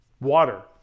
Water